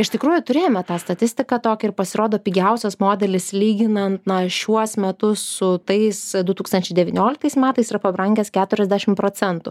iš tikrųjų turėjome tą statistiką tokią ir pasirodo pigiausias modelis lyginant na šiuos metus su tais du tūkstančiai devynioliktais metais yra pabrangęs keturiasdešim procentų